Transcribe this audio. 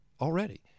already